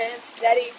Steady